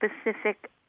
specific